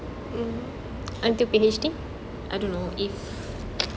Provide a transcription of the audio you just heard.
until PhD I don't know if